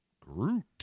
Groot